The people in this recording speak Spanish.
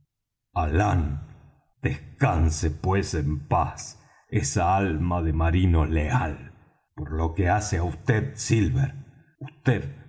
descanse pues en paz esa alma de marino leal por lo que hace á vd silver